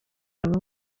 bamwe